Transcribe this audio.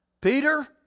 Peter